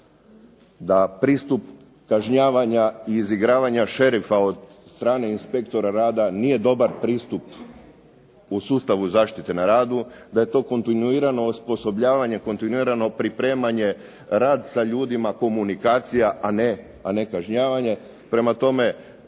Da pristup kažnjavanja i izigravanja šerifa od strane inspektora rada nije dobar pristup u sustavu zaštite na radu. Da je to kontinuirano osposobljavanje, kontinuirano pripremanje, rad sa ljudima, komunikacija, a ne kažnjavanje. Prema tome,